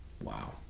Wow